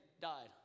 died